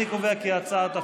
אני קובע כי סעיף 1